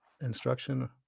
instruction